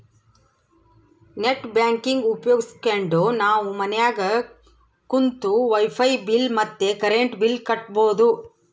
net banking ಉಪಯೋಗಿಸ್ಕೆಂಡು ನಾವು ಮನ್ಯಾಗ ಕುಂತು ವೈಫೈ ಬಿಲ್ ಮತ್ತೆ ಕರೆಂಟ್ ಬಿಲ್ ಕಟ್ಬೋದು